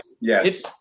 yes